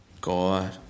God